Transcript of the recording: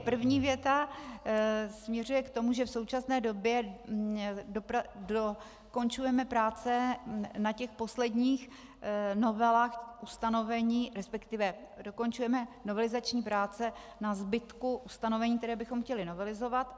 První věta směřuje k tomu, že v současné době dokončujeme práce na těch posledních novelách ustanovení, respektive dokončujeme novelizační práce na zbytku ustanovení, která bychom chtěli novelizovat.